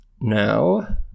Now